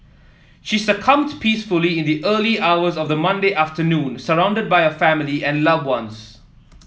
she succumbed peacefully in the early hours of the Monday afternoon surrounded by her family and loved ones